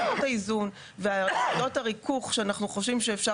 נקודת האיזון ופעולות הריכוך שאנחנו חושבים שאפשר